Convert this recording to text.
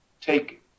take